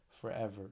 forever